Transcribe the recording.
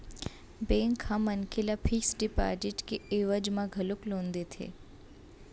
bank ह मनखे ल फिक्स डिपाजिट के एवज म घलोक लोन देथे